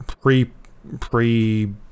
pre-pre